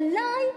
אולי,